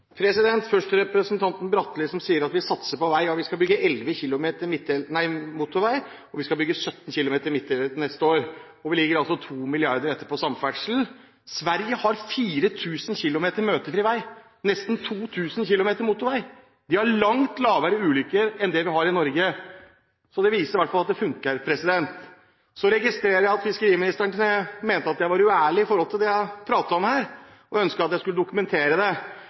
Først til representanten Bratli som sier at vi satser på vei. Vi skal bygge 11 km motorvei og 17 km midtdelere til neste år, og vi ligger altså 2 mrd. kr etter når det gjelder samferdsel. Sverige har 4 000 km møtefri vei og nesten 2 000 km motorvei. De har langt færre ulykker enn det vi har i Norge. Så det viser i hvert fall at det funker. Så registrerer jeg at fiskeriministeren mente at jeg var uærlig i forhold til det jeg pratet om her, og ønsket at jeg skulle dokumentere det.